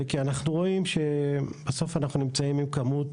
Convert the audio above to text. כי אנחנו רואים שבסוף אנחנו נמצאים עם כמות